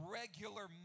regular